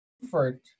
comfort